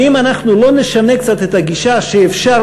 ואם אנחנו לא נשנה קצת את הגישה שאפשר